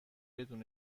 بدون